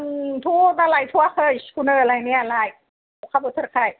आंथ' दा लायथ'याखै लायनायालाय सिखौनो अखा बोथोरखाय